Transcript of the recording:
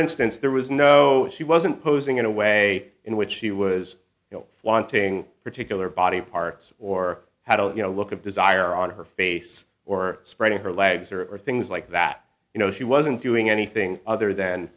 there was no she wasn't posing in a way in which she was you know flaunting particular body parts or how to you know look at desire on her face or spreading her legs or or things like that you know she wasn't doing anything other than